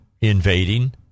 Invading